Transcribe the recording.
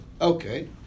Okay